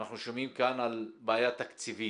אנחנו שומעים כאן על בעיה תקציבית